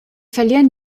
verlieren